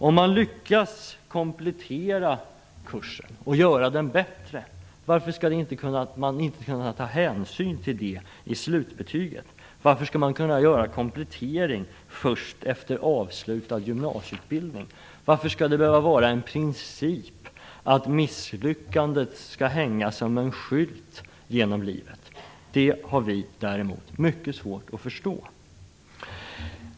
Om man lyckas komplettera kursen och göra den bättre, varför skall det inte tas hänsyn till det i slutbetyget? Varför skall man kunna komplettera först efter avslutad gymnasieutbildning? Varför skall det behöva vara en princip att misslyckandet skall hänga som en skylt, genom livet? Det har vi mycket svårt att förstå.